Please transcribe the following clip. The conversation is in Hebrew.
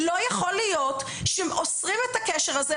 לא יכול להיות שאוסרים את הקשר הזה,